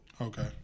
Okay